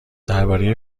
درباره